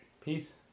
peace